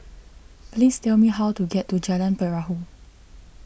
please tell me how to get to Jalan Perahu